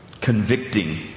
convicting